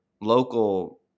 local